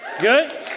Good